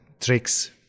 tricks